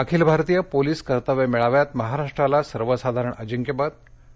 अखिल भारतीय पोलिस कर्तव्य मेळाव्यात महाराष्ट्राला सर्वसाधारण अजिंक्यपद आणि